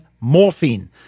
morphine